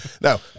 Now